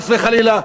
חס וחלילה,